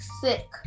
sick